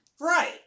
Right